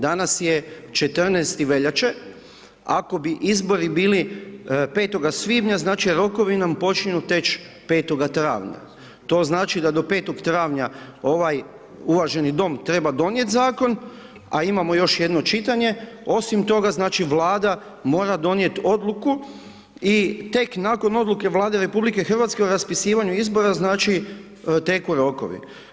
Danas je 14. veljače, ako bi izbori bili 05. svibnja, znači rokovi nam počinju teći 05. travnja, to znači da do 05. travnja ovaj uvaženi Dom treba donijet Zakon, a imamo još jedno čitanje, osim toga, znači, Vlada mora donijeti odluku i tek nakon odluke Vlade Republike Hrvatske o raspisivanju izbora, znači, teku rokovi.